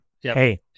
Hey